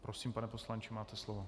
Prosím, pane poslanče, máte slovo.